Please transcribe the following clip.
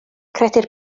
credir